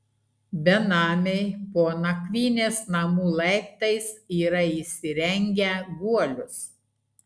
benamiai po nakvynės namų laiptais yra įsirengę guolius